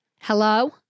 Hello